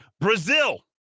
Brazil